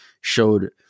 showed